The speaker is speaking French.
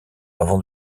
avant